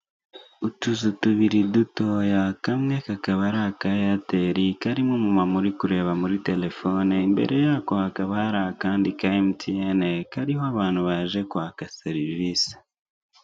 Utuzu tubiri dutoya, kamwe kakaba ari aka Eyateri karimo umu mama uri kureba muri telefone, imbere yako hakaba hari akandi ka Emutiyene, kariho abantu baje kwaka serivisi.